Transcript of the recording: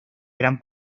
gran